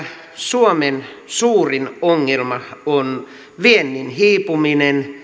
suomen suurin ongelma on viennin hiipuminen